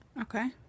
Okay